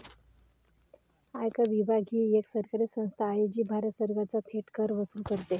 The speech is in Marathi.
आयकर विभाग ही एक सरकारी संस्था आहे जी भारत सरकारचा थेट कर वसूल करते